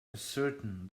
ascertain